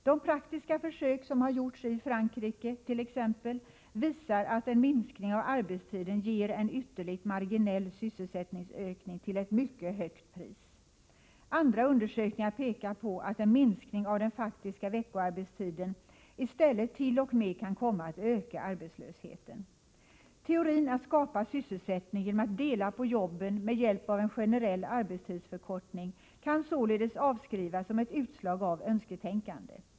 De praktiska försök som har gjorts t.ex. i Frankrike visar att en minskning av arbetstiden ger en ytterligt marginell sysselsättningsökning till ett mycket högt pris. Andra undersökningar pekar på att en minskning av den faktiska veckoarbetstiden i stället t.o.m. kan komma att öka arbetslösheten. Teorin att skapa sysselsättning genom att dela på jobben med hjälp av en generell arbetstidsförkortning kan således avskrivas som ett utslag av önsketänkande.